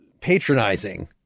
patronizing